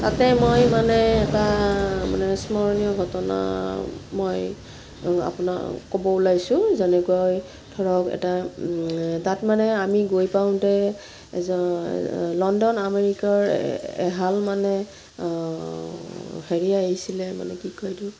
তাতে মই মানে এটা মানে স্মৰণীয় ঘটনা মই আপোনাক ক'ব ওলাইছোঁ যেনেকৈ ধৰক এটা তাত মানে আমি গৈ পাওঁতে লণ্ডন আমেৰিকাৰ এহাল মানে হেৰি আহিছিলে মানে কি কয় এইটো